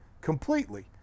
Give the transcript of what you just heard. completely